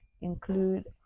include